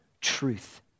truth